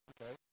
Okay